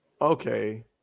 okay